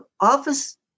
office